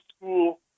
school